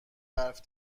برف